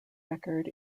record